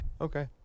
Okay